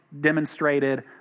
demonstrated